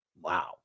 Wow